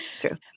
True